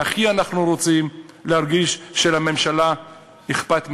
והכי אנחנו רוצים להרגיש שלממשלה אכפת מאתנו.